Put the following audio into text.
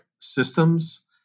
systems